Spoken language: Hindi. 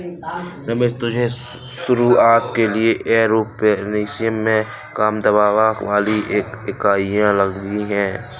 रमेश तुम्हें शुरुआत के लिए एरोपोनिक्स में कम दबाव वाली इकाइयां लगेगी